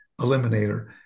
Eliminator